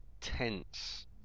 tense